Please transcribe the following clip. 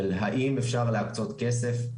של האם אפשר להקצות כסף,